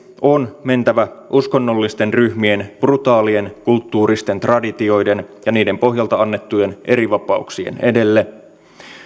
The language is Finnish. on mentävä uskonnollisten ryhmien brutaalien kulttuuristen traditioiden ja niiden pohjalta annettujen erivapauksien edelle